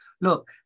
Look